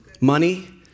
Money